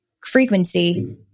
frequency